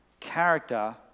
Character